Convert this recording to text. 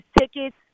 tickets